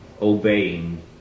obeying